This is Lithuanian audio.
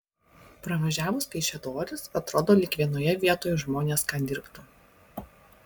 pravažiavus kaišiadoris atrodo lyg vienoje vietoj žmonės ką dirbtų